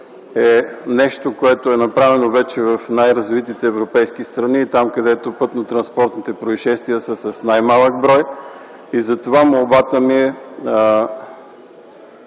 е нещо, което е направено вече в най-развитите европейски страни и там, където пътнотранспортните произшествия са с най-малък брой. Затова молбата ми е